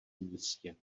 místě